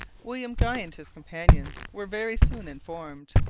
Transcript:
william guy and his companions were very soon informed.